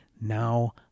now